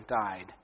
died